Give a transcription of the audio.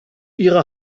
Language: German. ihre